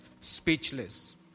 speechless